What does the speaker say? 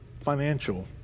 financial